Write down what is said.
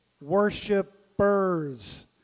worshipers